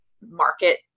market